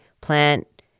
plant